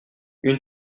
une